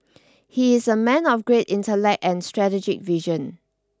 he is a man of great intellect and strategic vision